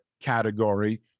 category